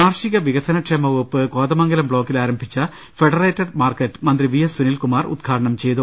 കാർഷിക വികസന കർഷകക്ഷേമ വകുപ്പ് കോതമംഗലം ബ്ലോക്കിൽ ആരംഭിച്ച ഫെഡറേറ്റഡ് മാർക്കറ്റ് മന്ത്രി വി എസ് സുനിൽകുമാർ ഉദ്ഘാടനം ചെയ്തു